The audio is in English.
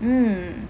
mm